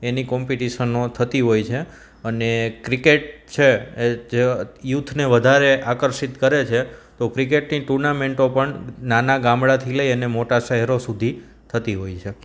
એની કોમ્પિટિશનો થતી હોય છે અને ક્રિકેટ છે જે યુથને વધારે આકર્ષિત કરે છે તો ક્રિકેટની ટુર્નામેન્ટો પણ નાના ગામડાથી લઈ અને મોટા શહેરો સુધી થતી હોય છે